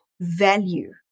value